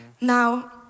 Now